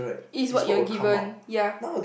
is what you're given ya